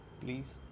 Please